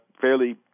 fairly